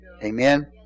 Amen